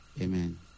amen